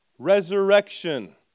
Resurrection